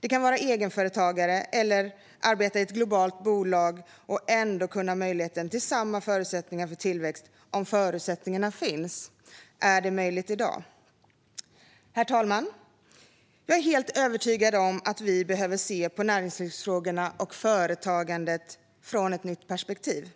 Du kan vara egenföretagare eller arbeta i ett globalt bolag och ändå ha möjlighet till samma förutsättningar för tillväxt om förutsättningarna finns. Är det möjligt i dag? Herr talman! Jag är helt övertygad om att vi behöver se på näringslivsfrågorna och företagandet ur ett nytt perspektiv,